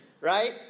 right